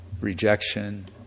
rejection